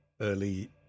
early